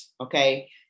okay